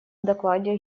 докладе